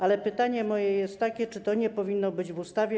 Ale pytanie moje jest takie: Czy to nie powinno być w ustawie?